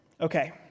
Okay